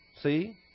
See